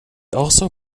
also